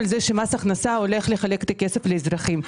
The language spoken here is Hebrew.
שמס הכנסה הולך לחלק את הכסף לאזרחים.